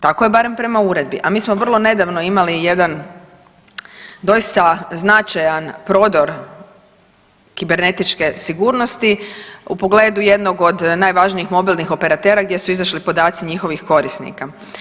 Tako je barem prema uredbi, a mi smo vrlo nedavno imali jedan doista značajan prodor kibernetičke sigurnosti u pogledu jednog od najvažnijih mobilnih operatera gdje su izašli podaci njihovih korisnika.